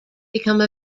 become